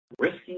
Risking